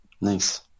Nice